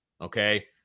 Okay